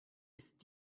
ist